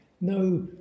no